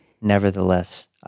Nevertheless